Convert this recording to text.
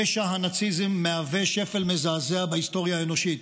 רשע הנאציזם מהווה שפל מזעזע בהיסטוריה האנושית,